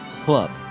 club